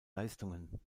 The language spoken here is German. leistungen